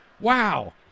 wow